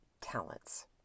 talents